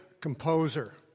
composer